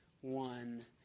one